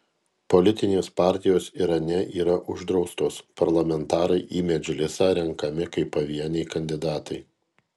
politinės partijos irane yra uždraustos parlamentarai į medžlisą renkami kaip pavieniai kandidatai